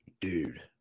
Dude